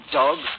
dog